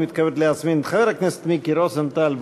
אני מתכבד להזמין את חבר הכנסת מיקי רוזנטל,